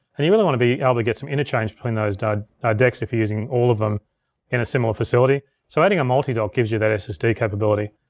and you really wanna be able to get some interchange between those decks if you're using all of them in a similar facility, so adding a multidock gives you that ssd capability.